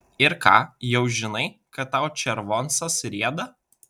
ir ką jau žinai kad tau červoncas rieda